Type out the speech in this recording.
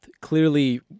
clearly